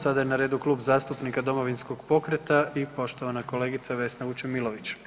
Sada je na redu Klub zastupnika Domovinskog pokreta i poštovana kolegica Vesna Vučemilović.